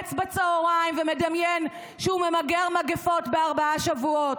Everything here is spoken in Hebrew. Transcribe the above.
ששונץ בצוהריים ומדמיין שהוא ממגר מגפות בארבעה שבועות.